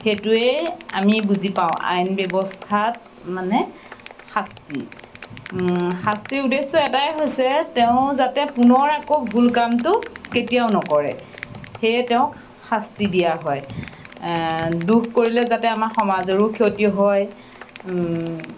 সেইটোৱেই আমি বুজি পাওঁ আইন ব্যৱস্থাত মানে শাস্তি শাস্তিৰ উদ্দেশ্য এটাই হৈছে তেওঁ যাতে পুনৰ আকৌ ভুল কামটো কেতিয়াও নকৰে সেয়ে তেওঁক শাস্তি দিয়া হয় দোষ কৰিলে যাতে আমাৰ সমাজৰো ক্ষতি হয়